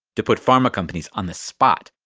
to put pharma companies on the spot!